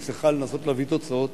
היא צריכה לנסות להביא תוצאות.